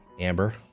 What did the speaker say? Amber